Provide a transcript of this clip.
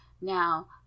now